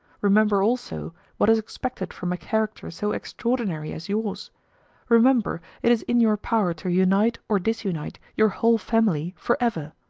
remember also, what is expected from a character so extraordinary as yours remember, it is in your power to unite or disunite your whole family for ever.